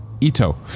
Ito